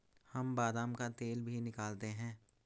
हम बादाम का तेल भी निकालते हैं